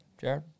Jared